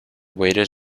waited